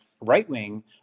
right-wing